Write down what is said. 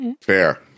Fair